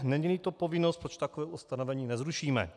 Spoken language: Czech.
Neníli to povinnost, proč takové ustanovení nezrušíme?